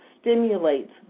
stimulates